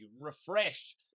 refresh